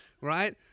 Right